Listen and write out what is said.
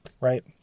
right